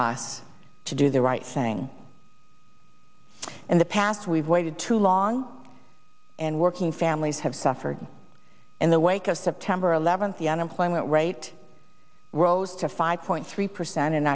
us to do the right thing in the past we've waited too long and working families have suffered in the wake of september eleventh the unemployment rate rose to five point three percent in